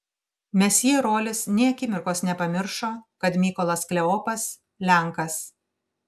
mesjė rolis nė akimirkos nepamiršo kad mykolas kleopas lenkas